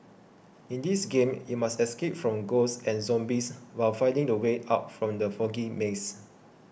in this game you must escape from ghosts and zombies while finding the way out from the foggy maze